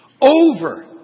Over